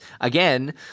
Again